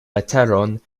leteron